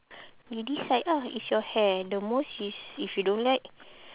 you decide ah it's your hair the most is if you don't like